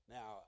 Now